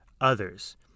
others